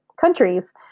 countries